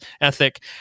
ethic